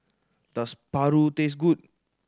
does paru taste good